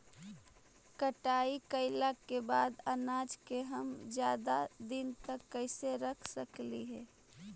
कटाई कैला के बाद अनाज के हम ज्यादा दिन तक कैसे रख सकली हे?